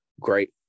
great